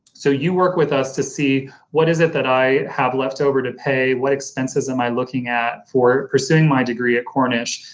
so you work with us to see what is it that i have left over to pay, what expenses am i looking at for pursuing my degree at cornish,